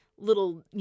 Little